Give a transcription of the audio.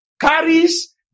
carries